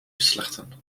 beslechten